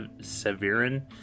Severin